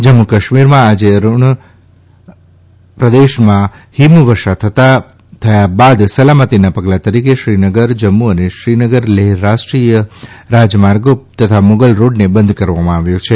જમ્મુ કાશ્મીરમાં આજે અરૂણ પ્રદેશમાં હિમવર્ષા થયા બાદ સલામતીના પગલાં તરીકે શ્રીનગર જમ્મુ અને શ્રીનગર લેહ રાષ્રીવ ય રાજમાર્ગો તથા મુગલ રોડને બંધ કરવામાં આવ્યો છે